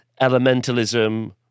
elementalism